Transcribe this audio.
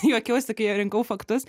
juokiausi kai rinkau faktus